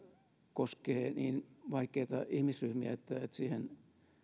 koskee niin vaikeita ihmisryhmiä että siihen